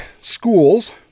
schools